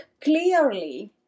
clearly